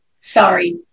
sorry